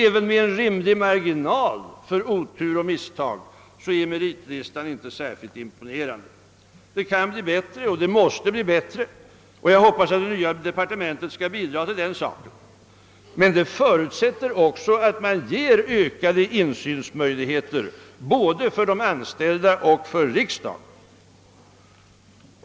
Även med en rimlig marginal för otur och misstag är meritlistan inte särskilt imponerande. Det kan och måste bli bättre, och jag hoppas att det nya departementet skall bidra härtill. Men detta förutsätter också att man ger ökade insynsmöjligheter för både de anställda och riksdagen.